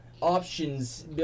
options